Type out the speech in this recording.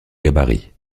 gabarit